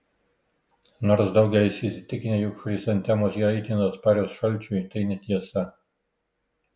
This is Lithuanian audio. nors daugelis įsitikinę jog chrizantemos yra itin atsparios šalčiui tai netiesa